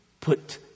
put